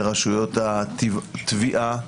לרשויות התביעה,